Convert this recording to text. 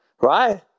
right